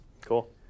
Cool